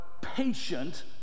Patient